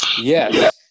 Yes